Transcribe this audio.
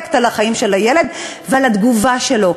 אפקט על החיים של הילד ועל התגובה שלו.